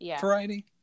variety